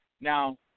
Now